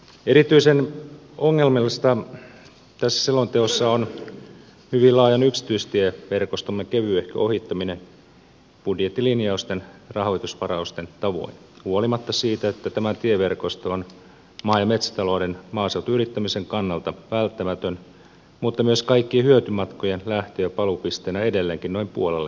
erityisen ongelmallista tässä selonteossa on hyvin laajan yksityistieverkostomme kevyehkö ohittaminen budjettilinjausten rahoitusvarausten tavoin huolimatta siitä että tämä tieverkosto on maa ja metsätalouden maaseutuyrittämisen kannalta välttämätön mutta myös kaikkien hyötymatkojen lähtö ja paluupisteenä edelleenkin noin puolelle kansalaisista